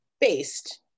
based